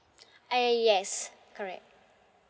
ah ya yes correct